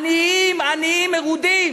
עניים, עניים מרודים.